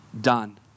done